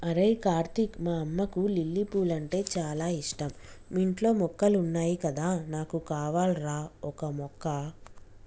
అరేయ్ కార్తీక్ మా అమ్మకు లిల్లీ పూలంటే చాల ఇష్టం మీ ఇంట్లో మొక్కలున్నాయి కదా నాకు కావాల్రా ఓక మొక్క